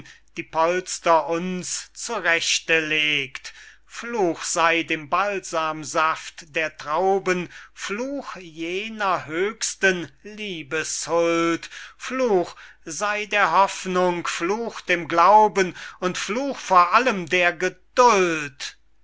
die polster uns zurechte legt fluch sey dem balsamsaft der trauben fluch jener höchsten liebeshuld fluch sey der hoffnung fluch dem glauben und fluch vor allen der geduld